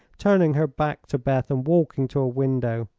turning her back to beth and walking to a window.